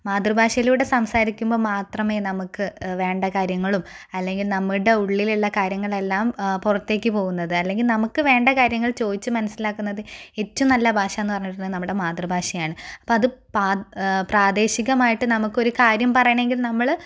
മാതൃഭാഷയിലൂടെ സംസാരിക്കുമ്പോൾ മാത്രമേ നമുക്ക് വേണ്ട കാര്യങ്ങളും അല്ലെങ്കിൽ നമ്മുടെ ഉള്ളിലുള്ള കാര്യങ്ങളെല്ലാം പുറത്തേക്ക് പോകുന്നത് അല്ലെങ്കിൽ നമുക്ക് വേണ്ട കാര്യങ്ങൾ ചോദിച്ചു മനസ്സിലാക്കുന്നത് ഏറ്റവും നല്ല ഭാഷ എന്ന് പറഞ്ഞിട്ടുണ്ടേൽ നമ്മുടെ മാതൃഭാഷയാണ് അപ്പോൾ അത് പ്രാദേശികമായിട്ട് നമമുക്കൊരു കാര്യം പറയണമെങ്കിൽ നമ്മൾ